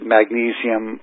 Magnesium